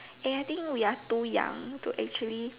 and I think we are too young to actually